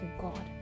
God